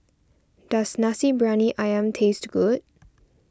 does Nasi Briyani Ayam taste good